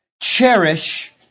cherish